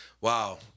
wow